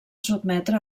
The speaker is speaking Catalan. sotmetre